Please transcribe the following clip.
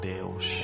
Deus